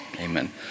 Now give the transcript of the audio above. Amen